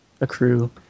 accrue